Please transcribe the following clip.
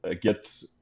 get